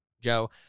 Joe